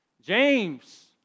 James